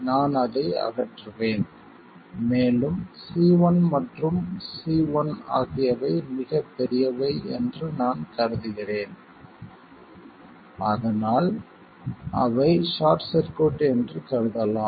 நான் அதை அகற்றுவேன் மேலும் C1 மற்றும் C1 ஆகியவை மிகப் பெரியவை என்று நான் கருதுகிறேன் அதனால் அவை ஷார்ட் சர்க்யூட் என்று கருதலாம்